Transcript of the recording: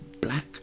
black